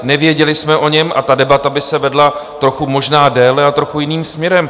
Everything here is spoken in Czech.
Nevěděli jsme o něm a ta debata by se vedla trochu možná déle a trochu jiným směrem.